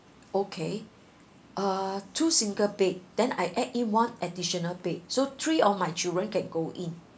okay uh two single bed then I add in one additional bed so three of my children can go in